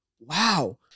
Wow